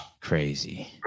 Crazy